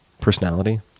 personality